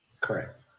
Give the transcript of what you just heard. Correct